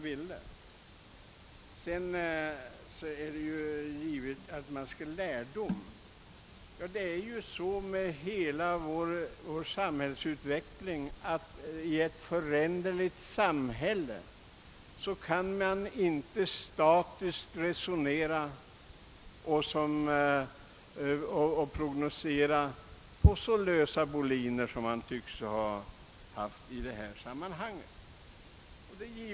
Vidare är det givet att man bör dra lärdom, men i ett föränderligt samhälle kan man inte resonera statiskt och prognosera på så lösa boliner som man tycks vilja i detta sammanhang.